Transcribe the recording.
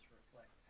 reflect